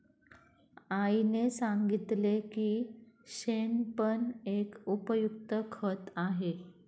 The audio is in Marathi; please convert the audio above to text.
आईने सांगितले की शेण पण एक उपयुक्त खत आहे